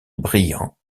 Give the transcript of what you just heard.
brillant